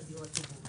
(היו"ר יסמין פרידמן, 13:21)